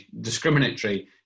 discriminatory